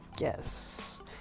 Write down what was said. yes